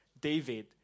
David